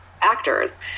actors